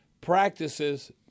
practices